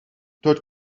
dört